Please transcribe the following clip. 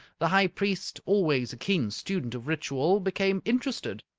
the high priest, always a keen student of ritual, became interested.